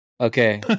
okay